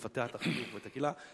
ולפתח את החינוך ואת הקהילה.